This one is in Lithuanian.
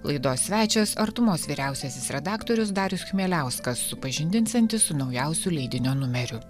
laidos svečias artumos vyriausiasis redaktorius darius chmieliauskas supažindinsiantis su naujausiu leidinio numeriu